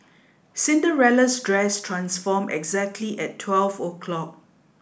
Cinderella's dress transform exactly at twelve o'clock